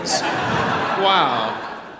Wow